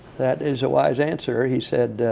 that is a wise answer. he said,